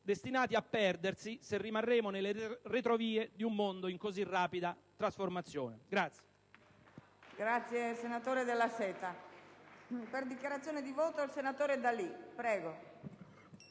destinati a perdersi se rimarremo nelle retrovie di un mondo in così rapida trasformazione.